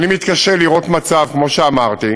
אני מתקשה לראות מצב, כמו שאמרתי,